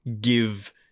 give